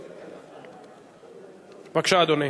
בבקשה, אדוני.